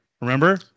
Remember